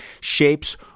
shapes